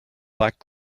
black